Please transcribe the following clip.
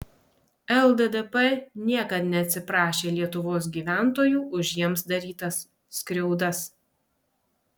lddp niekad neatsiprašė lietuvos gyventojų už jiems darytas skriaudas